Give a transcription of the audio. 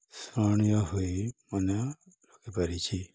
ସ୍ମରଣୀୟ ହୋଇ ମନେରଖି ପାରିଛି